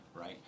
Right